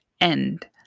End